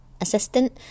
assistant